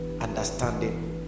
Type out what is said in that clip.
understanding